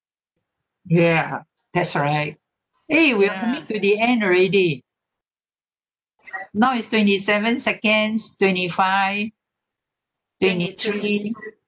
ya that's right eh we're coming to the end already now is twenty seven seconds twenty five twenty three